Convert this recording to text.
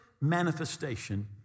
manifestation